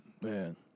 Man